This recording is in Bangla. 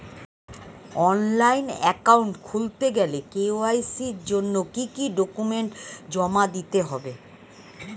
অনলাইন একাউন্ট খুলতে গেলে কে.ওয়াই.সি জন্য কি কি ডকুমেন্ট জমা দিতে হবে?